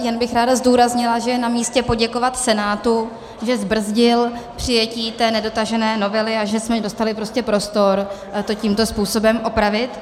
Jen bych ráda zdůraznila, že je namístě poděkovat Senátu, že zbrzdil přijetí té nedotažené novely a že jsme dostali prostor to tímto způsobem opravit.